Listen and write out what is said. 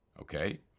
Okay